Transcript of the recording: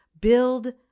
build